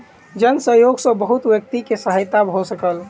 जन सहयोग सॅ बहुत व्यक्ति के सहायता भ सकल